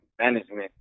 management